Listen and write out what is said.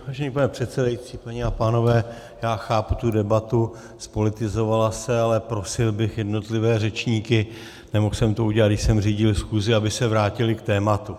Vážený pane předsedající, paní a pánové, já chápu tu debatu, zpolitizovala se, ale prosil bych jednotlivé řečníky, nemohl jsem to udělat, když jsem řídil schůzi, aby se vrátili k tématu.